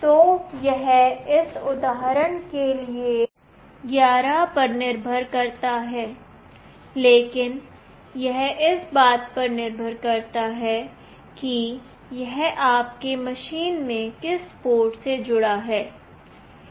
तो यह इस उदाहरण के लिए 11 पर निर्भर करता है लेकिन यह इस बात पर निर्भर करता है कि यह आपके मशीन में किस पोर्ट से जुड़ा है